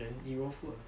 then eat raw food ah